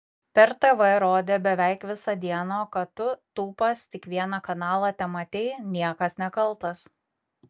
per tv rodė beveik visą dieną o kad tu tūpas tik vieną kanalą tematei niekas nekaltas